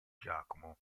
giacomo